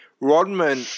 Rodman